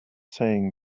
saying